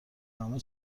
نامه